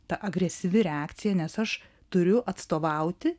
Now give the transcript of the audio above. ta agresyvi reakcija nes aš turiu atstovauti